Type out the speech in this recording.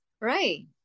Right